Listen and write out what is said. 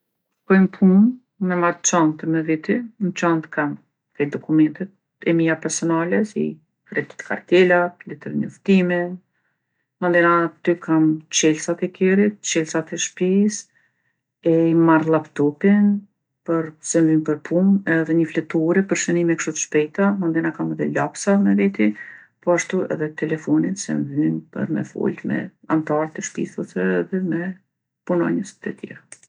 Kur shkoj n'punë, unë e marrë çantën me veti. N'çantë kam krejt dokumentet e mia personale, si kredit kartelat, letërnjoftimin, mandena aty kam çelsat e kerit, çelsat e shpisë. E marr llaptopin për, se m'vyn për punë edhe një fletore për shënime kshtu t'shpejta. Mandena kom edhe lapsa me veti, poashtu edhe telefonin se m'vyn për me folë me antart e shpisë ose edhe me punonjës të tjerë.